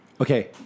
Okay